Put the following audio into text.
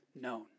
known